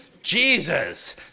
Jesus